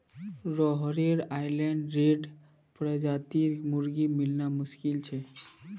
Rhode island red प्रजातिर मुर्गी मिलना मुश्किल छ